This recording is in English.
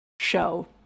show